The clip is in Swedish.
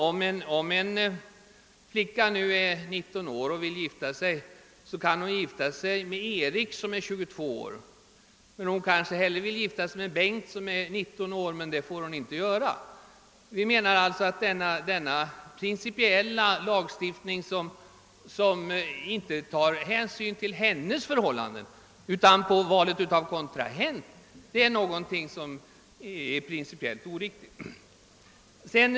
Om en flicka är 19 år och vill gifta sig kan hon göra det med Erik, som är 22 år. Hon kanske hellre vill gifta sig med Bengt, som är 19 år, men det får hon inte göra. Vi anser alltså att denna lagstiftning, som inte tar hänsyn till hennes förhållanden utan till valet av kontrahent, är principiellt oriktig.